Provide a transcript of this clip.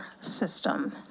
system